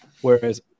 Whereas